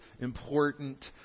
important